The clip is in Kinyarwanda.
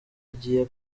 igiye